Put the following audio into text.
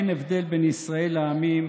אין הבדל בין ישראל לעמים,